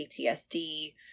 PTSD